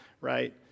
right